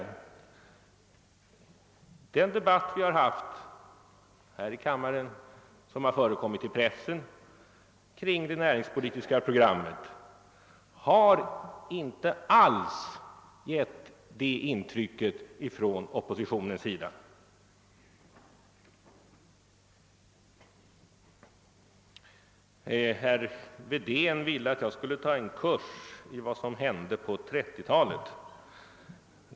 Den debatt som förts i pressen om det näringspolitiska programmet har inte alls givit ett sådant intryck från oppositionshåll. Herr Wedén ville att jag skulle ta en kurs i vad som hände på 1930-talet.